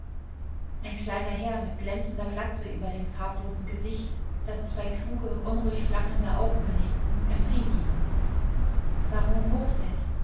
ein kleiner herr mit glänzender glatze über dem farblosen gesicht das zwei kluge unruhig flackernde augen belebten empfing ihn baron hochseß